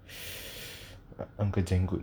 uncle janggut